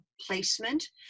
placement